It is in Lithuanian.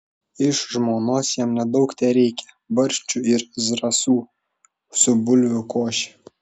iš žmonos jam nedaug tereikia barščių ir zrazų su bulvių koše